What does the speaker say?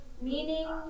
Meaning